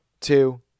two